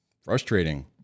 frustrating